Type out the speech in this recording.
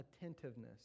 attentiveness